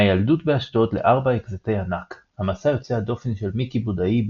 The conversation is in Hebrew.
מהילדות באשדוד ל-4 אקזיטי ענק המסע יוצא הדופן של מיקי בודאי,